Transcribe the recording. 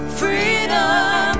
freedom